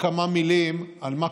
נאמר: